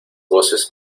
voces